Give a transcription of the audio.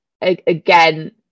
again